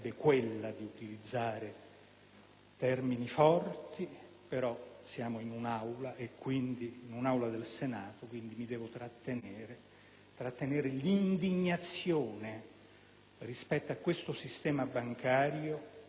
utilizzarli; però siamo nell'Aula del Senato per cui devo trattenere l'indignazione rispetto a questo sistema bancario che oggi